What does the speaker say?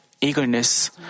eagerness